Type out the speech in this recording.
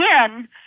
again